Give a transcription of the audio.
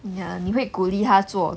ya 你会鼓励她做